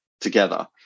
together